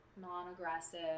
non-aggressive